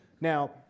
now